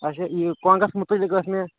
اچھا یہِ کۄنٛگَس مُتعلِق گٔژھ مےٚ